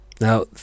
Now